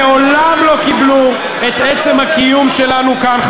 מעולם לא קיבלו את עצם הקיום שלנו כאן,